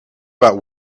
about